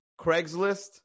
Craigslist